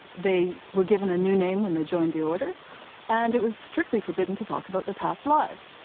they were given a new name when they joined the order and it was strictly forbidden to talk about their past lives.